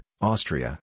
Austria